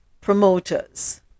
Promoters